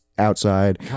Outside